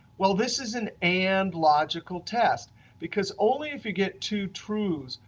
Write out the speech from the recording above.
well, this is an and logical test because only if we get two truths,